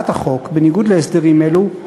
בניגוד להסדרים אלו,